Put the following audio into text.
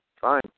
fine